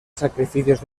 sacrificios